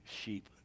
sheep